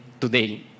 today